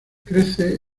crece